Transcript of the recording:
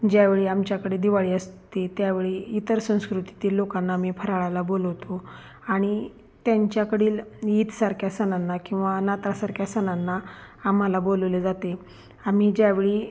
ज्यावेळी आमच्याकडे दिवाळी असते त्यावेळी इतर संस्कृतीतील लोकांना आम्ही फराळाला बोलवतो आणि त्यांच्याकडील ईदसारख्या सणांना किंवा नाताळसारख्या सणांना आम्हाला बोलवले जाते आम्ही ज्यावेळी